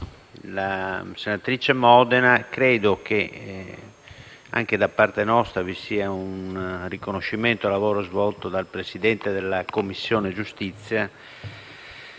senatrice Modena. Anche da parte nostra c'è un riconoscimento del lavoro svolto dal Presidente della Commissione giustizia,